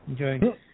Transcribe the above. okay